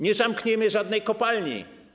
Nie zamkniemy żadnej kopalni.